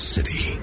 City